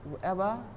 Whoever